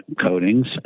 coatings